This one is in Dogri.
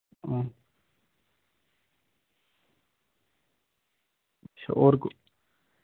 अच्छा और कु